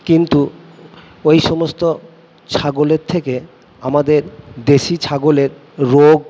কিন্তু ওই সমস্ত ছাগলের থেকে আমাদের দেশি ছাগলের রোগ